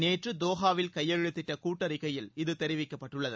நேற்று தோஹாவில் கையெழுத்திட்ட கூட்டறிக்கையில் இது தெரிவிக்கப்பட்டுள்ளது